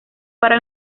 para